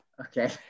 Okay